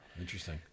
Interesting